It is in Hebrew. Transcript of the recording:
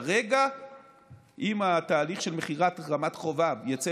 כרגע אם התהליך של מכירת רמת חובב יצא